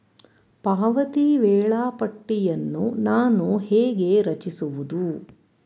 ಪಾವತಿ ವೇಳಾಪಟ್ಟಿಯನ್ನು ನಾನು ಹೇಗೆ ರಚಿಸುವುದು?